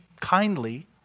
kindly